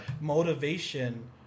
motivation